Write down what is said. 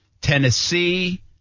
Tennessee